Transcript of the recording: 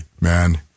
Man